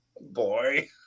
Boy